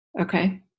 Okay